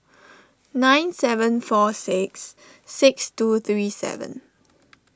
nine seven four six six two three seven